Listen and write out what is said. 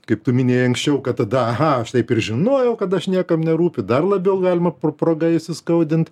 kaip tu minėjai anksčiau kad tada aha aš taip ir žinojau kad aš niekam nerūpiu dar labiau galima proga įskaudint